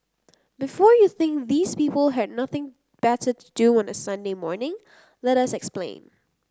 before you think these people had nothing better do on a Sunday morning let us explain